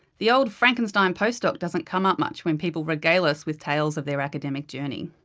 the old frankenstein postdoc doesn't come up much when people regale us with tales of their academic journey.